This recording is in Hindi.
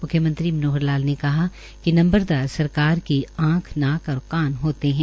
मुख्यमंत्री मनोहर लाल ने कहा कि नम्बरदार सरकार की आंख नाक और कान होते है